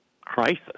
crisis